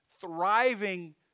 thriving